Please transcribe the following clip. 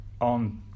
on